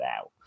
out